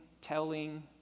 telling